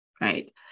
right